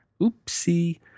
Oopsie